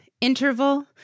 interval